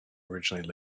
originally